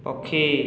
ପକ୍ଷୀ